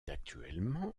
actuellement